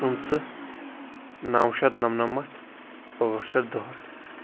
پٕنٛژٕہ نَو شیٚتھ نَمنَمَتھ ٲٹھ شیٚتھ دُہٲٹھ